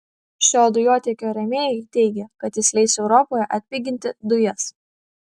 šio dujotiekio rėmėjai teigia kad jis leis europoje atpiginti dujas